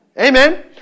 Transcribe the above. Amen